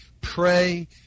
pray